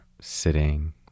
sitting